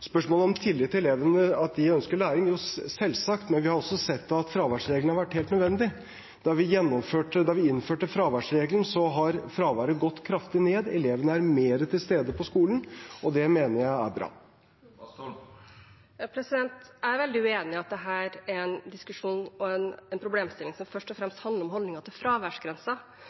har også sett at fraværsregelen har vært helt nødvendig. Etter at vi innførte fraværsregelen, har fraværet gått kraftig ned. Elevene er mer til stede på skolen, og det mener jeg er bra. Jeg er veldig uenig i at dette er en diskusjon og en problemstilling som først og fremst handler om holdninger til